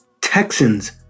Texans